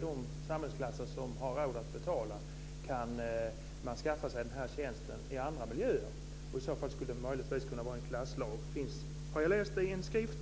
de samhällsklasser som har råd att betala kan skaffa sig den här tjänsten i andra miljöer. I så fall skulle det möjligtvis kunna vara en klasslag. Det läste jag i en skrift.